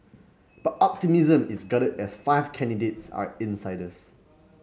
but optimism is guarded as five candidates are insiders